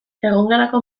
egongelako